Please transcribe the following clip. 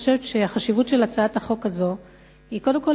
חשיבות הצעת החוק הזאת היא קודם כול,